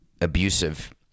abusive